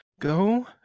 go